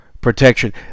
protection